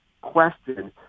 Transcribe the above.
question